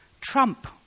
Trump